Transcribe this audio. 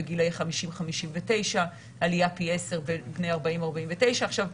בגילי 50 59 עלייה פי עשרה בבני 40 59. עכשיו,